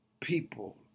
people